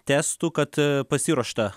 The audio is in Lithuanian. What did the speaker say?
testų kad pasiruošta